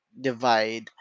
divide